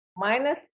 Minus